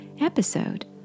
episode